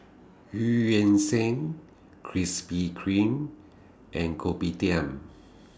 EU Yan Sang Krispy Kreme and Kopitiam